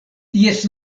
ties